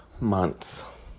months